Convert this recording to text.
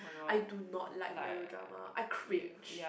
I do not like melodrama I cringe